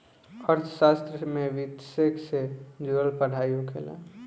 अर्थशास्त्र में वित्तसे से जुड़ल पढ़ाई होखेला